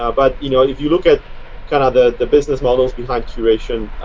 ah but you know if you look at kind of the the business models behind curation,